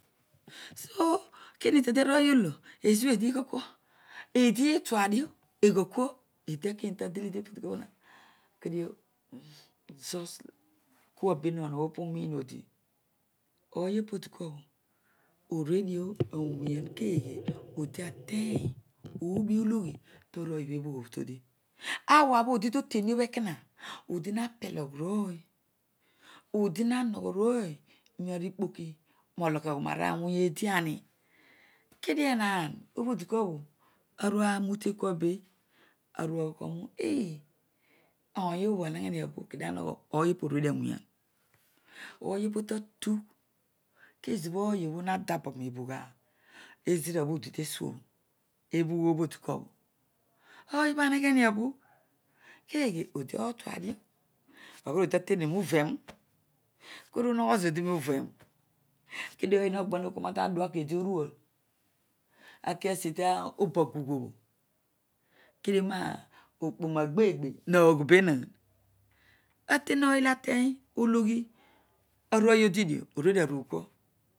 so kimtede awooy olo ezobho edi igwoi kua eedi huadio eghokua eedi tekini tadelede o pobho ditua kedio just kua benaan obho pu mni odi ooy opodikua obho oruedio awian keghe? Odiateny noo bi ologhi tarooy obio todi awabho odito tem mobho ekoma odi na peloga rooy odi ha hogho rooy mari kpoki molokoghiora ariwiin eedi ami kedio enaan oditua obho aru amute kuabe aruagho kua eeti! Ouyobho bho areghe mi apu kedio amogha ooy opobho oruedio awian ooy opo tadua ke zobho ooy opobho ha dabo mebrugh ezira. bho odi tesuogho ebhugh obho dikua obho ooy obho anegheni apu keghe? Odi otua dio aghol odi ta temini roovevu kedio urulogho zodi roovevu kedio ooy nagbonua kpu ama tadua kedi odual akasi tabagugh obho kedio ma okpom agbeegbe waagh benaan aten ooy olo ateny nologhi arosy odidio oruedio arugh kua